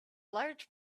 large